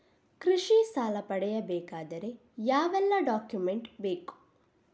ಕೃಷಿ ಸಾಲ ಪಡೆಯಬೇಕಾದರೆ ಯಾವೆಲ್ಲ ಡಾಕ್ಯುಮೆಂಟ್ ಬೇಕು?